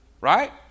Right